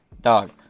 Dog